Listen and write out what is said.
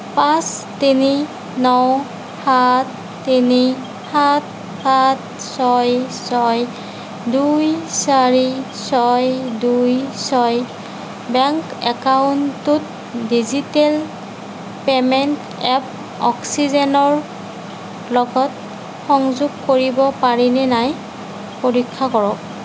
পাঁচ তিনি ন সাত তিনি সাত সাত ছয় ছয় দুই চাৰি ছয় দুই ছয় বেংক একাউণ্টটোত ডিজিটেল পে'মেণ্ট এপ অক্সিজেনৰ লগত সংযোগ কৰিব পাৰিনে নাই পৰীক্ষা কৰক